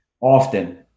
often